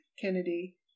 Kennedy